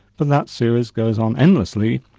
but that series goes on endlessly,